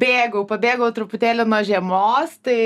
bėgau pabėgau truputėlį nuo žiemos tai